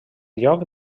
lloc